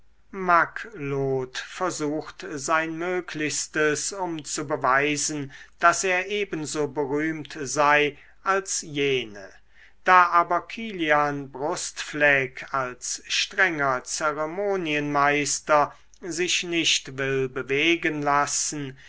versucht sein möglichstes um zu beweisen daß er ebenso berühmt sei als jene da aber kilian brustfleck als strenger zeremonienmeister sich nicht will bewegen lassen